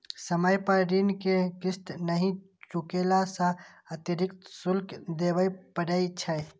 समय पर ऋण के किस्त नहि चुकेला सं अतिरिक्त शुल्क देबय पड़ै छै